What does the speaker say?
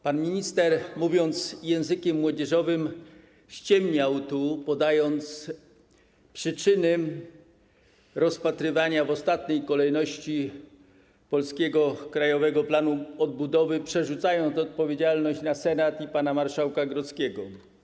Pan minister, mówiąc językiem młodzieżowym, ściemniał tu, podając przyczyny rozpatrywania w ostatniej kolejności polskiego Krajowego Planu Odbudowy, przerzucając odpowiedzialność na Senat i pana marszałka Grodzkiego.